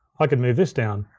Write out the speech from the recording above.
i could move this down,